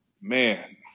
man